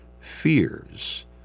fears